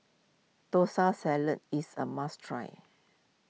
Salad is a must try